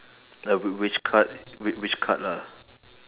like w~ which cut w~ which cut lah